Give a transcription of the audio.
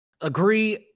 Agree